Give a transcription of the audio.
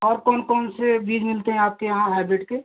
और कौन कौन से बीज मिलते हैं आपके यहाँ हैब्रिड के